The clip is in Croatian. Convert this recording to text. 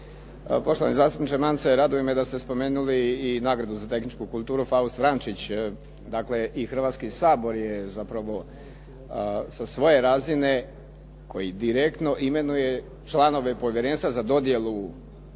Poštovani zastupniče Mance, raduje me da ste spomenuli i nagradu za tehničku kulturu "Faust Vrančić", dakle i Hrvatski sabor je zapravo sa svoje razine koji direktno imenuje članove Povjerenstva za dodjelu